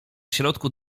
środku